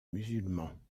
musulmans